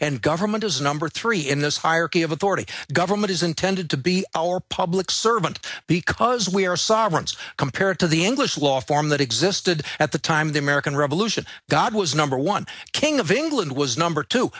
and government is number three in this hierarchy of authority government is intended to be our public servant because we are sovereigns compared to the english law form that existed at the time of the american revolution god was number one king of england was number two